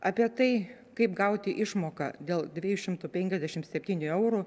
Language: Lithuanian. apie tai kaip gauti išmoką dėl dviejų šimtų penkiasdešim septynių eurų